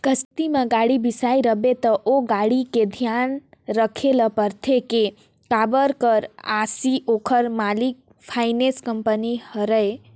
किस्ती में गाड़ी बिसाए रिबे त ओ गाड़ी के धियान राखे ल परथे के काबर कर अझी ओखर मालिक फाइनेंस कंपनी हरय